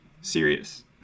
Serious